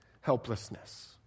helplessness